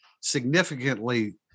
significantly